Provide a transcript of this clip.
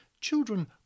Children